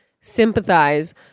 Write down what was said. sympathize